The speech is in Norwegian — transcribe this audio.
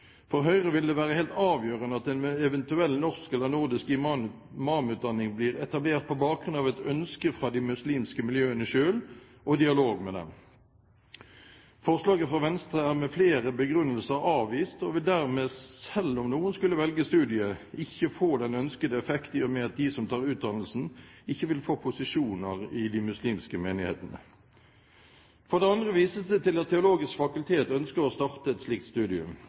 For Høyre vil det være helt avgjørende at en eventuell norsk eller nordisk imamutdanning blir etablert på bakgrunn av et ønske fra de muslimske miljøene selv, og i dialog med dem. Forslaget fra Venstre er med flere begrunnelser avvist og vil dermed, selv om noen skulle velge studiet, ikke få den ønskede effekt i og med at de som tar utdannelsen, ikke vil få posisjoner i de muslimske menighetene. For det andre vises det til at Det teologiske fakultet ønsker å starte et slikt studium.